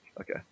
Okay